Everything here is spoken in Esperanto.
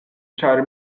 ĉar